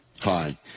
Hi